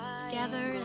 together